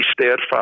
steadfast